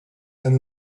and